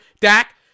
Dak